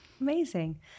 Amazing